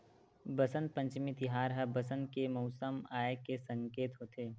बसंत पंचमी तिहार ह बसंत के मउसम आए के सकेत होथे